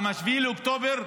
המלחמה, מ-7 באוקטובר,